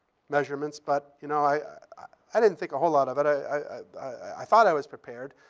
measurements, but you know i i didn't think a whole lot of it. i i thought i was prepared.